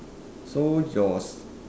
so your